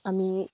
আমি